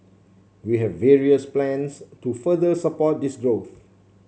we have various plans to further support this growth